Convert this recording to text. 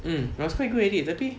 mm I was quite good at it tapi